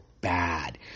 Bad